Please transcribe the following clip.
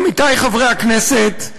עמיתי חברי הכנסת,